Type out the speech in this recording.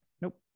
Nope